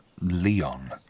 Leon